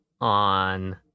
on